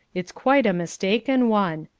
it's quite a mistaken one.